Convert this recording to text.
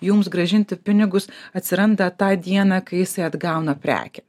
jums grąžinti pinigus atsiranda tą dieną kai jisai atgauna prekę